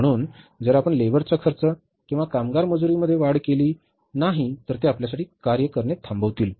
म्हणून जर आपण लेबरचा खर्च किंवा कामगार मजुरीमध्ये वाढ केली नाही तर ते आपल्यासाठी कार्य करणे थांबवतील